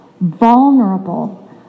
vulnerable